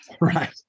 Right